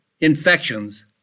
infections